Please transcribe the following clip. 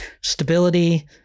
stability